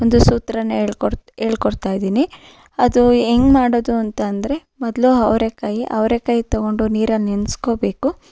ಒಂದು ಸೂತ್ರನ ಹೇಳ್ಕೊಡ್ತಾ ಹೇಳ್ಕೊಡ್ತಾಯಿದ್ದೀನಿ ಅದೂ ಹೆಂಗೆ ಮಾಡೋದು ಅಂತ ಅಂದ್ರೆ ಮೊದಲು ಅವರೆಕಾಯಿ ಅವರೆಕಾಯಿ ತಗೊಂಡು ನೀರಲ್ಲಿ ನೆನ್ಸ್ಕೊಳ್ಬೇಕು